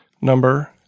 number